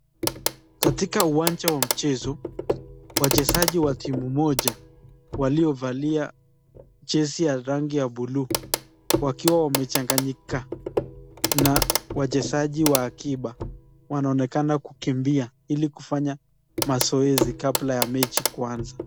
Katika uwanja wa mchezo wachezaji wa timu moja waliovalia jazi ya rangi ya blue wakiwa wamechanganyika na wachezaji wa kipa wanaonekana kukimbia kabla ya mechi kuanza.